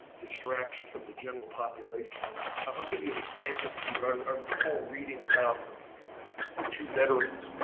distraction from the general population. ah ah i'll give you an example here. i recall reading about two veterans,